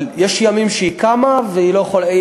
אבל יש ימים שהיא קמה והיא לא יכולה,